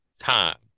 time